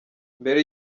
mbere